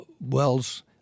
Wells